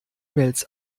mails